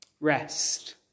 Rest